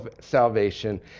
salvation